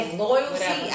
loyalty